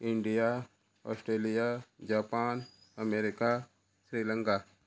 India Australia Japan America Sri Lanka